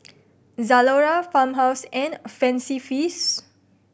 Zalora Farmhouse and Fancy Feast